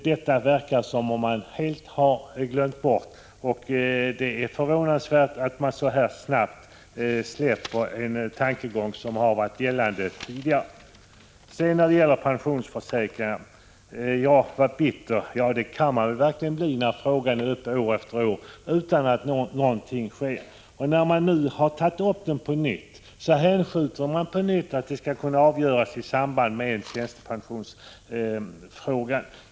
Det verkar som om man helt har glömt bort detta. Det är förvånansvärt att man så snabbt släpper en tankegång som tidigare varit gällande. När det sedan gäller pensionsförsäkringarna säger Jan Bergqvist att jag låter bitter. Ja, det kan man verkligen bli när frågan är uppe år efter år utan att någonting sker. När man nu tagit upp den på nytt hänvisar man till att den skall kunna avgöras i samband med tjänstepensionsfrågan.